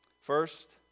First